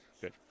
Good